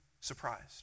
surprised